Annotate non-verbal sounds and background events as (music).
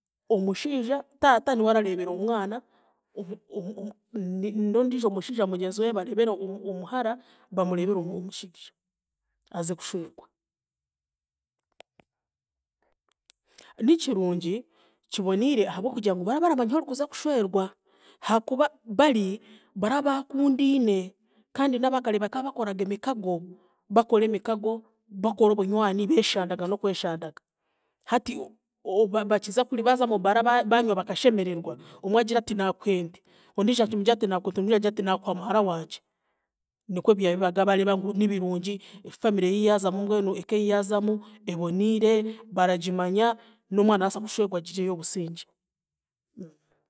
Omushiija taata niwe arareebera omwana omu- omu- omu- n'ondiijo mushiija mugyenzi we abareebere omuhara bamureebere omushiija aze kushwerwa, Nikirungi kiboniire ahabw'okugira ngu baraba baramanya ahoorikuza kushwerwa hakuba bari baraba baakundiine kandi n'baakare bakaba bakoraga emikago, bakora emikago, bakora obunywani, beeshandaga n'okweshandaga hati o- bakiza kuri baaza omu baara banywa bakashemererwa, omwe agira ati naakuha ente, ondiijo amugire ati naakuha ente ondiijo amugire ati naakuha muhara wangye, nikwe byabibaga bareeba ngu nibirungi, family ei yaazamu mbwenu eka ei yaazamu, eboniire, baragimanya, n'omwana arabaasa kushwegwa agiirireyo obusingye. (hesitation)